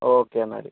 okay എന്നാൽ